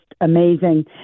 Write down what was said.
amazing